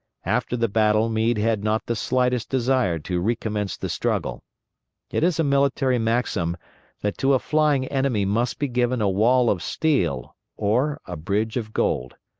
after the battle meade had not the slightest desire to recommence the struggle it is a military maxim that to a flying enemy must be given a wall of steel or a bridge of gold.